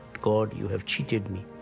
god, you have cheated me.